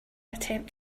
attempt